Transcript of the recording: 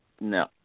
No